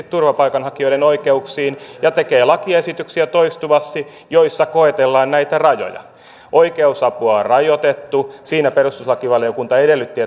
turvapaikanhakijoiden oikeuksiin ja tekee toistuvasti lakiesityksiä joissa koetellaan näitä rajoja oikeusapua on rajoitettu siinä perustuslakivaliokunta edellytti